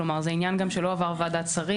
כלומר זה עניין גם שלא עבר ועדת שרים.